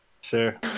Sure